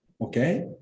okay